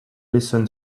listen